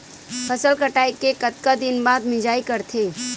फसल कटाई के कतका दिन बाद मिजाई करथे?